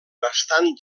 bastant